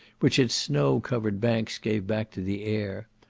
which its snow-covered banks gave back to the air,